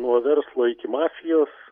nuo verslo iki mafijos